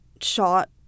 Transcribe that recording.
shot